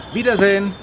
Wiedersehen